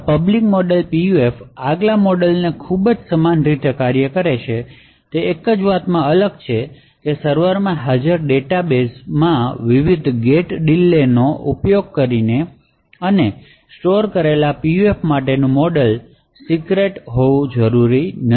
આ public model PUF આગલા model ને ખૂબ સમાન રીતે કાર્ય કરે છે તે એક જ વાત માં અલગ છે કે સર્વરમાં હાજર ડેટાબેઝ માં વિવિધ ગેટ ડીલેનો ઉપયોગ કરીને અને સ્ટોર કરેલા PUF માટેનું મોડેલ સિક્રેટ હોવું જરૂરી નથી